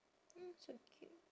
so cute